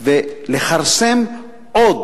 ולכרסם עוד